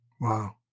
Wow